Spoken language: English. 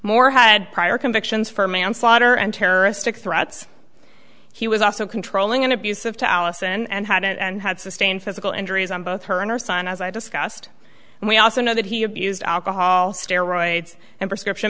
moore had prior convictions for manslaughter and terroristic threats he was also controlling and abusive to allison and had and had sustained physical injuries on both her and her son as i discussed and we also know that he abused alcohol steroids and prescription